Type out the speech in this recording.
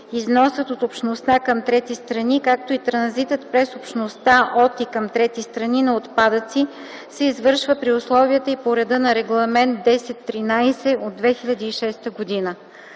износът от Общността към трети страни, както и транзитът през Общността от и към трети страни на отпадъци се извършват при условията и по реда на Регламент 1013/2006.